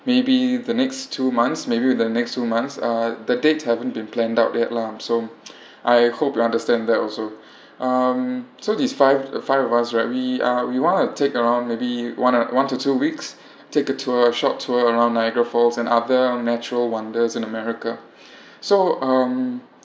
maybe the next two months maybe in the next few months uh the date haven't been planned yet lah so I hope you understand that also um so these five five of us right we are we want to take around maybe one one to two weeks take a tour short tour around niagara falls and other on natural wonders in america so um